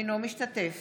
אינו משתתף